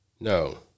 No